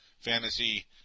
Fantasy